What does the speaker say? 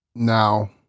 Now